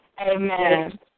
Amen